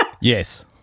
yes